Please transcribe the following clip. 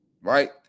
right